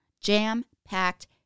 jam-packed